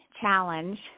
challenge